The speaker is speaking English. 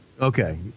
Okay